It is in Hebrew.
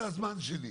זה הזמן שלי,